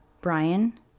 Brian